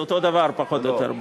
זה אותו דבר פחות או יותר,